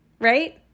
Right